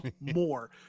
more